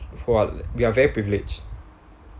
fall we are very privilege